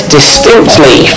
distinctly